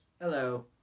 Hello